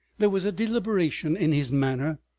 there was a deliberation in his manner,